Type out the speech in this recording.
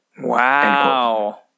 Wow